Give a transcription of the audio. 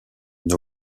une